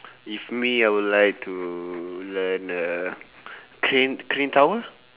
if me I would like to learn uh crane crane tower